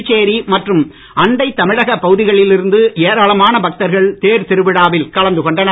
புதுச்சேரி மற்றும் அண்டை தமிழகப் பகுதிகளில் இருந்து ஏராளமான பக்தர்கள் தேர் திருவிழாவில் கலந்து கொண்டனர்